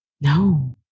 No